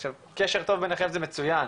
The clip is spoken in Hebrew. עכשיו קשר טוב ביניכם זה מצוין,